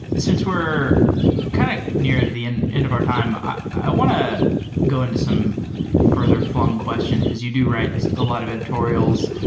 since we're kind of near to the and end of our time, i want go go into some further fl ung question, because you do write a lot of editorials,